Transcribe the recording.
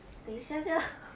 等一下就